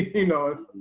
he knows